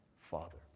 Father